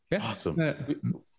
Awesome